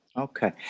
Okay